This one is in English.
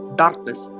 darkness